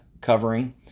covering